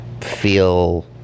feel